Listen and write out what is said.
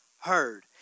heard